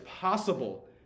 possible